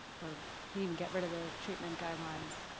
or we could even get rid of the treatment guidelines,